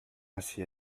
ainsi